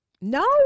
No